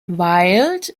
wilde